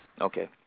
Okay